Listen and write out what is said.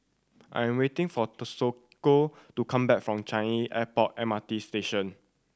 I'm waiting for Toshiko to come back from Changi Airport M R T Station